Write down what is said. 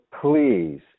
please